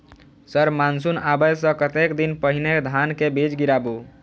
Sir monsoon आबै सऽ कतेक दिन पहिने धान केँ बीज गिराबू?